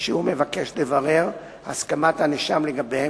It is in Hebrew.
שהוא מבקש לברר את הסכמת הנאשם לגביהן,